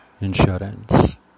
insurance